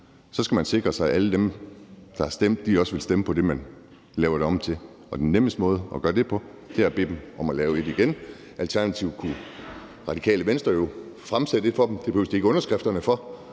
om, skal man sikre sig, at alle dem, der har stemt, også vil stemme på det, man laver det om til. Den nemmeste måde at gøre det på er at bede dem om at lave et igen. Alternativt kunne Radikale Venstre jo fremsætte et for dem. Det behøver de ikke underskrifterne for.